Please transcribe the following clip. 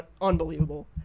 unbelievable